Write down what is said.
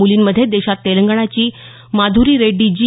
मुलींमध्ये देशात तेलंगणाची माधुरी रेड्डी जी